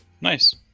Nice